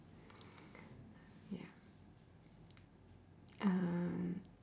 ya um